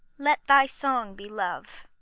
let thy song be love.